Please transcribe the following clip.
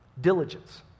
Diligence